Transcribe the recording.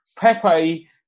Pepe